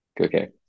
Okay